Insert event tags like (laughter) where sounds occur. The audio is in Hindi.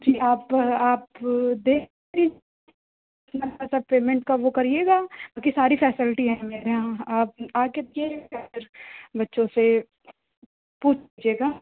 जी आप आप देख (unintelligible) पेमेंट का वह करिएगा बाक़ी सारी फ़ैसलटी है मेरे यहाँ आप आकर (unintelligible) और बच्चों से पूछ लीजिएगा